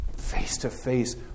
face-to-face